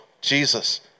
Jesus